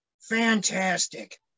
fantastic